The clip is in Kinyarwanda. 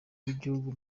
w’igihugu